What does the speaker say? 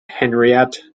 henriette